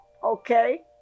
Okay